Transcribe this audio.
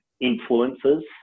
influences